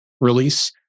release